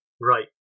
Right